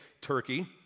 Turkey